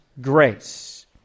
grace